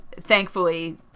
Thankfully